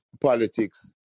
politics